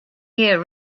year